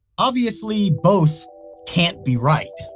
obviously both can't be right.